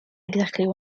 exactly